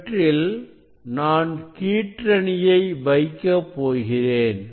இவற்றில் நான் கீற்றணியை வைக்கப் போகிறேன்